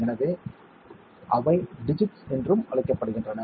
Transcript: எனவே அவை டிஜிட்ஸ் என்றும் அழைக்கப்படுகின்றன